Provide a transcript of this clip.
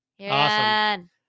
Awesome